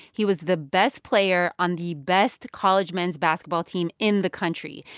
he was the best player on the best college men's basketball team in the country.